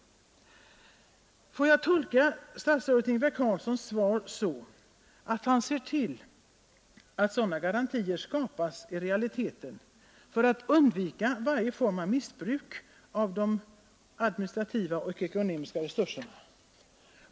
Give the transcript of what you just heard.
Får jag tolka statsrådet Ingvar Carlssons svar så, att han ser till att sådana garantier skapas i realiteten för att undvika varje form av missbruk av de administrativa och ekonomiska resurserna?